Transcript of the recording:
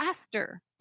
faster